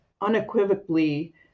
unequivocally